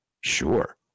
sure